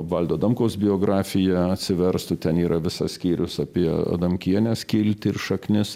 valdo adamkaus biografija atsiverstų ten yra visas skyrius apie adamkienės kiltį šaknis